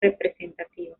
representativas